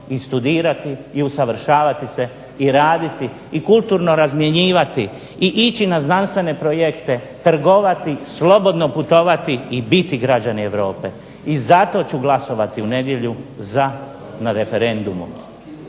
i studirati i usavršavati se i raditi i kulturno razmjenjivati i ići na znanstvene projekte trgovati, slobodno putovati i biti građani Europe i zato ću glasovati u nedjelju na referendumu.